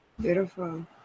Beautiful